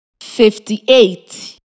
Fifty-eight